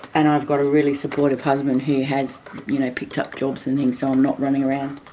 and i've got a really supportive husband who has you know picked up jobs and things so i'm not running around,